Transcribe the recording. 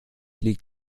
liegt